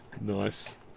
Nice